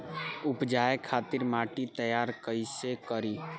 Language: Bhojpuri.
उपजाये खातिर माटी तैयारी कइसे करी?